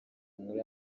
muri